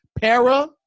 para